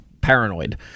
paranoid